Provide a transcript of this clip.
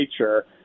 nature